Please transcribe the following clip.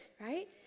right